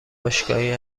باشگاهی